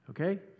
okay